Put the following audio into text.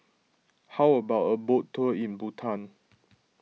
how about a boat tour in Bhutan